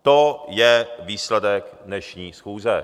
To je výsledek dnešní schůze.